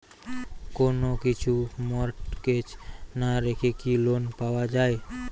কোন কিছু মর্টগেজ না রেখে কি লোন পাওয়া য়ায়?